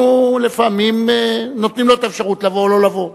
אנחנו לפעמים נותנים לו את האפשרות לבוא או לא לבוא.